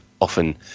often